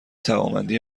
توانمندی